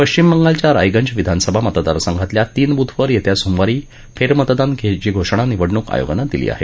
पश्चिम बंगालच्या रायगंज विधानसभा मतदासंघातल्या तीन बूथवर येत्या सोमवारी फेरमतदान करायची घोषणा निवडणूक आयोगानं दिली आहे